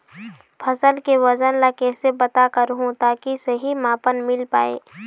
फसल के वजन ला कैसे पता करहूं ताकि सही मापन मील पाए?